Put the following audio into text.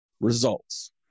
results